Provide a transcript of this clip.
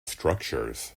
structures